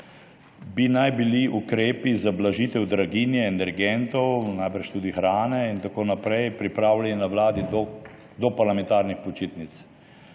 bi bili ukrepi za blažitev draginje energentov, najbrž tudi hrane in tako naprej, pripravljeni na Vladi do parlamentarnih počitnic.